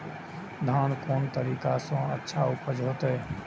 धान कोन तरीका से अच्छा उपज होते?